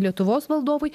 lietuvos valdovui